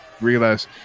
Realize